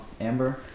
Amber